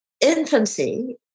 infancy